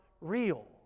real